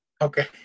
Okay